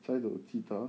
try to 记得